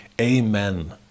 amen